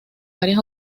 varias